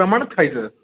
प्रमाणात खायचं